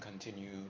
continue